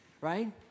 right